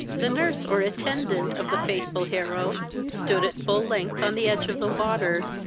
the nurse, or attendant of the faithful hero stood at full length on the edge of the water,